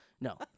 No